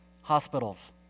Hospitals